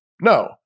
No